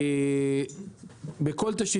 בכל תשתית,